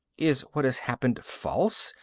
is what has happened false?